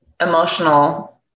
emotional